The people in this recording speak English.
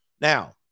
Now